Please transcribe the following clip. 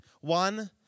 One